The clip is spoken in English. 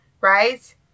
right